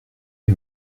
est